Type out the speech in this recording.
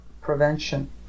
prevention